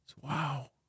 Wow